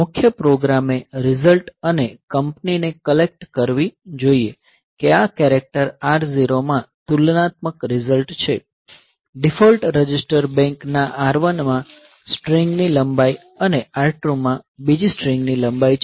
મુખ્ય પ્રોગ્રામે રીઝલ્ટ અને કંપનીને કલેક્ટ કરવી જોઈએ કે આ કેરેક્ટર R0 માં તુલનાત્મક રીઝલ્ટ છે ડિફોલ્ટ રજિસ્ટર બેંક ના R1 માં સ્ટ્રિંગની લંબાઈ અને R2 માં બીજી સ્ટ્રિંગની લંબાઈ છે